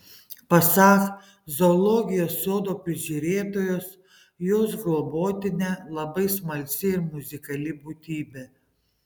pasak zoologijos sodo prižiūrėtojos jos globotinė labai smalsi ir muzikali būtybė